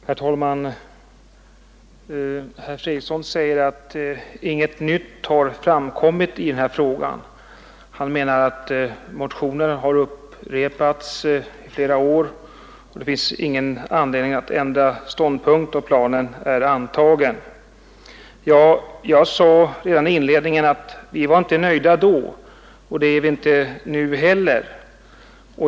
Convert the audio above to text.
Herr talman! Herr Fredriksson säger att inget nytt har framkommit i den här frågan. Han menar att motionerna har upprepats under flera år och att det inte finns någon anledning att ändra ståndpunkt, då planen för förstärkning av pensionerna är antagen. Ja, jag sade inledningsvis att vi inte var nöjda då, och vi är inte nöjda nu heller.